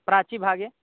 प्राच्यभागे